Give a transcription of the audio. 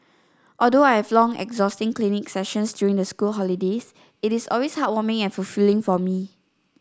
although I have long exhausting clinic sessions during the school holidays it is always heartwarming and fulfilling for me